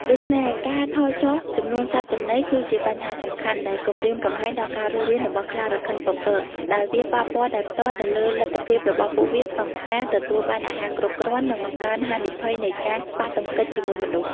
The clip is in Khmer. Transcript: ដូច្នេះ ការថយចុះចំនួនសត្វចំណីគឺជាបញ្ហាសំខាន់ដែលគំរាមកំហែងដល់ការរស់រានរបស់ខ្លារខិនពពក ដោយវាប៉ះពាល់ដោយផ្ទាល់ទៅលើលទ្ធភាពរបស់ពួកវាក្នុងការទទួលបានអាហារគ្រប់គ្រាន់ និងបង្កើនហានិភ័យនៃការប៉ះទង្គិចជាមួយមនុស្ស។